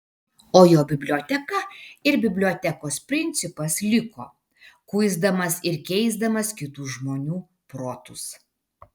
o jo biblioteka ir bibliotekos principas liko kuisdamas ir keisdamas kitų žmonių protus